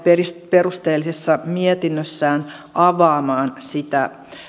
perusteellisessa mietinnössään avaamaan